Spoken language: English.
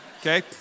Okay